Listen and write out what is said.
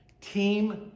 team